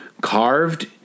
carved